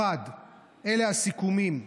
אלה הסיכומים: